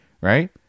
right